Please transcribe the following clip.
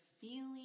feeling